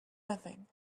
nothing